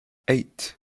eight